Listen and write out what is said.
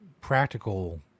practical